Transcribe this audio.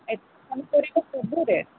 ଏଠି ପନି ପରିବା ସବୁ ରେଟ୍